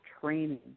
training